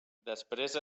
després